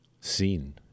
seen